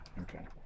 Okay